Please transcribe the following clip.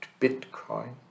Bitcoin